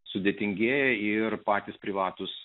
sudėtingėjo ir patys privatūs